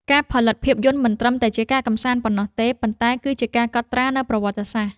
ការផលិតភាពយន្តមិនត្រឹមតែជាការកម្សាន្តប៉ុណ្ណោះទេ ប៉ុន្តែគឺជាការកត់ត្រានូវប្រវត្តិសាស្ត្រ។